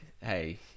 hey